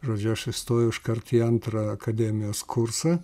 žodžiu aš įstojau iškart į antrą akademijos kursą